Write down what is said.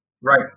Right